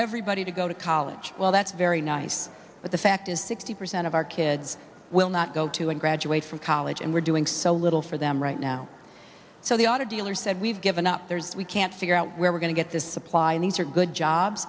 everybody to go to college well that's very nice but the fact is sixty percent of our kids will not go to a graduate from college and we're doing so little for them right now so the auto dealer said we've given up there's we can't figure out where we're going to get this supply and these are good jobs